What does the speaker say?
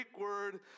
word